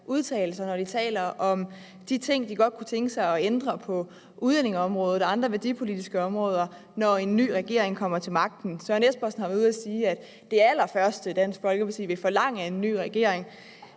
når de taler om de ting, de godt kunne tænke sig at ændre på udlændingeområdet og andre værdipolitiske områder, når en ny regering kommer til magten. Hr. Søren Espersen har været ude at sige, at det allerførste, Dansk Folkeparti vil forlange af en ny regering,